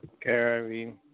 Gary